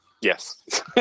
Yes